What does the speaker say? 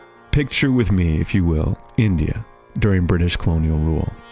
picture with me, if you will, india during british colonial rule.